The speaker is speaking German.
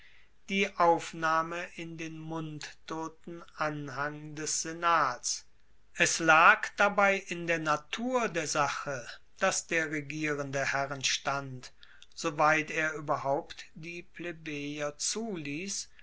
die aufnahme in den mundtoten anhang des senats es lag dabei in der natur der sache dass der regierende herrenstand soweit er ueberhaupt die plebejer zuliess